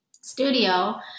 studio